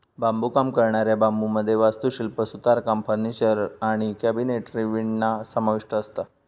बांबुकाम करणाऱ्या बांबुमध्ये वास्तुशिल्प, सुतारकाम, फर्निचर आणि कॅबिनेटरी विणणा समाविष्ठ असता